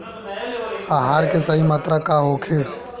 आहार के सही मात्रा का होखे?